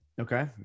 Okay